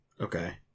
Okay